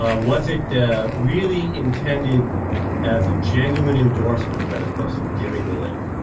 ah was it really intended as a genuine endorsement by the person giving the link?